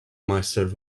master